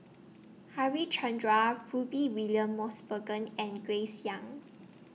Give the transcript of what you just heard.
Harichandra Rudy William Mosbergen and Grace Young